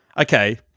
okay